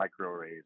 microarrays